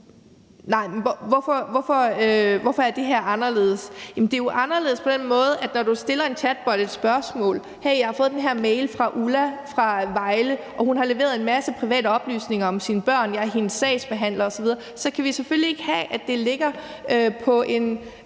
hvorfor er det her anderledes? Det er jo anderledes på den måde, at når du stiller en chatrobot et spørgsmål – det kunne være: Hey, jeg har fået den her mail fra Ulla i Vejle, og hun har leveret en masse private oplysninger om sine børn, og jeg er hendes sagsbehandler osv. – så kan vi selvfølgelig ikke have, at det ligger i en